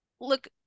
look